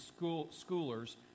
schoolers